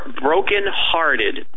brokenhearted